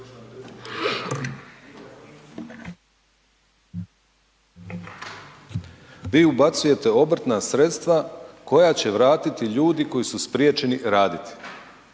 vi ubacujte obrtna sredstva koja će vratiti ljudi koji su spriječeni raditi.